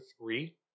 three